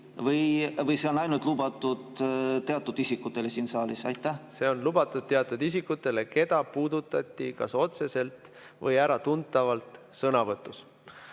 või see on ainult lubatud teatud isikutele siin saalis? See on lubatud teatud isikutele, keda puudutati kas otseselt või äratuntavalt sõnavõtus.